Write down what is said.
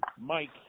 Mike